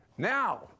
Now